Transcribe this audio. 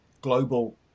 global